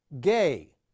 gay